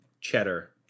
cheddar